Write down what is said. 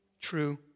true